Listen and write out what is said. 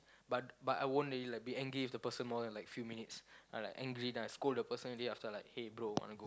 but but I won't really like be angry with the person more than like few minutes I like angry then I scold the person already after like hey bro wanna go